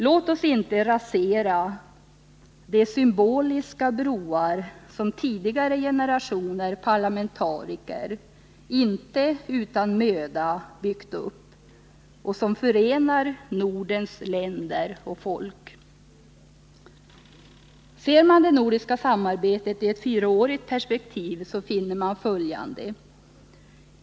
Låt oss inte rasera de symboliska broar som tidigare generationer parlamentariker inte utan möda har byggt upp och som förenar Nordens länder och folk! Ser man det nordiska samarbetet i ett fyraårigt perspektiv finner man följande.